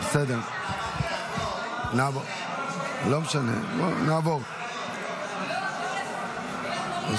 לא יכול להיות שהוא --- אנחנו